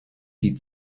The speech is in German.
die